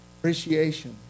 appreciation